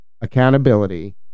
accountability